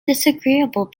disagreeable